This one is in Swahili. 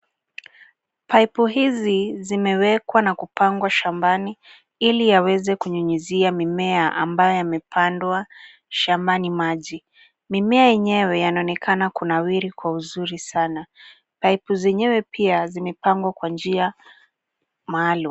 Pipe hizi zimewekwa na kupangwa shambani ili aweze kunyunyizia mimea ambaye amepandwa shambani maji. Mimea yenyewe yanaonekana kunawiri kwa uzuri sana. Pipe zenyewe pia zimepangwa kwa njia maalum.